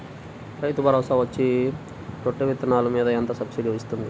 రైతు భరోసాలో పచ్చి రొట్టె విత్తనాలు మీద ఎంత సబ్సిడీ ఇస్తుంది?